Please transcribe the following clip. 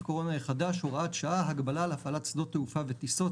הקורונה החדש (הוראת שעה) (הגבלה על הפעלת שדות תעופה וטיסות),